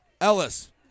Ellis